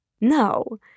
No